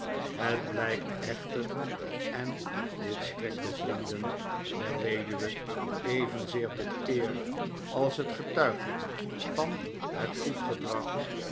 het blijkt echter en dit strekt den vrienden der weduwe evenzeer tot eer als het getuigt van het goed gedrag